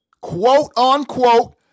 quote-unquote